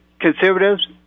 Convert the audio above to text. conservatives